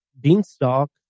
Beanstalk